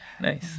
nice